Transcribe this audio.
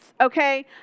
okay